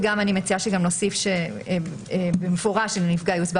אני גם מציעה שנוסיף במפורש שלנפגע יוסבר